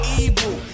evil